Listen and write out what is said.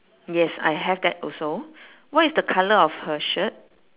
yes I have that also what is the colour of her shirt